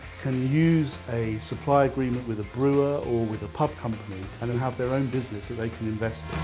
can use a supply agreement with a brewer or with a pub company and then have their own business they can invest